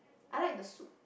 I like the soup